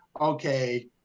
okay